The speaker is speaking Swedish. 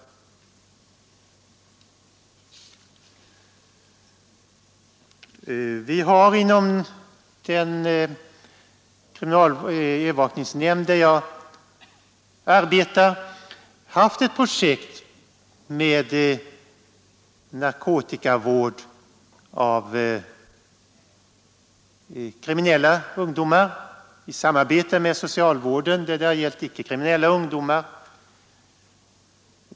Vi har inom den övervakningsnämnd där jag arbetar haft ett projekt med narkotikavård av kriminell ungdom i samarbete med socialvården, för vilken det har gällt icke kriminella ungdomar.